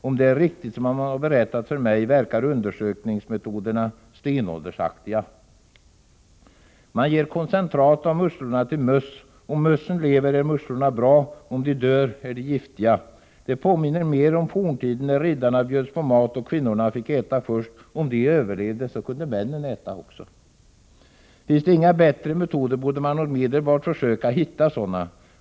Om det är riktigt som man har berättat för mig verkar undersökningsmetoderna stenåldersaktiga. Man ger koncentrat av musslor till möss. Om mössen lever är musslorna bra, om de dör är de giftiga. Det påminner om förhållandena under forntiden när riddarna bjöds på mat och kvinnorna fick äta först. Om de överlevde, kunde också männen äta. Finns det inga bättre metoder borde man omedelbart försöka hitta sådana.